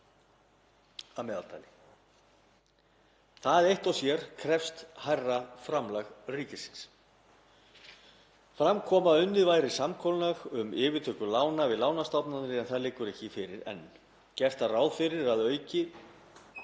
Það eitt og sér krefst hærra framlags ríkisins. Fram kom að unnið væri að samkomulagi um yfirtöku lána við lánastofnanir en það liggur ekki fyrir enn. Gert var ráð fyrir því að auk